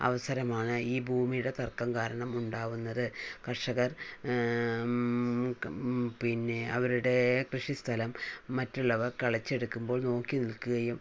അവസരമാണ് ഈ ഭൂമിയുടെ തർക്കം കാരണം ഉണ്ടാവുന്നത് കർഷകർ പിന്നെ അവരുടെ കൃഷിസ്ഥലം മറ്റുള്ളവർ കെളെച്ചെടുക്കുമ്പോൾ നോക്കി നിൽക്കുകയും